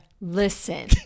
Listen